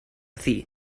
thi